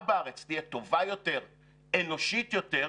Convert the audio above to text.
בארץ תהיה טובה יותר ואנושית יותר,